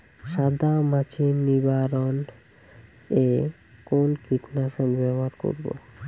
সাদা মাছি নিবারণ এ কোন কীটনাশক ব্যবহার করব?